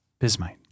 Bismite